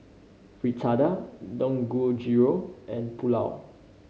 Fritada Dangojiru and Pulao